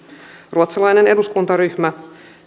ruotsalainen eduskuntaryhmä